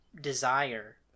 desire